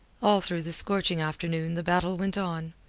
all through the scorching afternoon the battle went on,